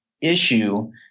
issue